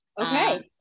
Okay